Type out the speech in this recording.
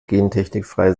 gentechnikfrei